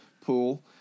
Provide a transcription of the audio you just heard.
pool